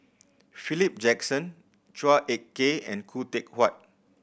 Philip Jackson Chua Ek Kay and Khoo Teck Puat